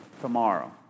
tomorrow